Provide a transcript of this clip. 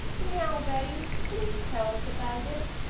now, betty, please tell us about it.